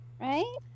right